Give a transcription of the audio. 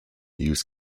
use